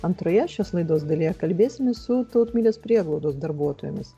antroje šios laidos dalyje kalbėsime su tautmilės prieglaudos darbuotojomis